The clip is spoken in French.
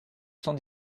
cent